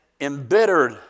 embittered